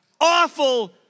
awful